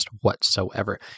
whatsoever